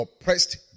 oppressed